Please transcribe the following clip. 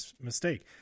mistake